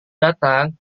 datang